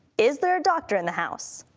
is there a doctor in the house?